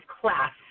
class